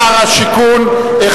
אני מאוד מודה לשר השיכון.